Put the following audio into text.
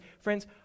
Friends